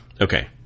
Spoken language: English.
Okay